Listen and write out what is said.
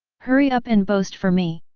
hurry up and boast for me!